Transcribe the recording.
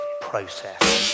process